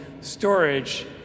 storage